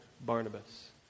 Barnabas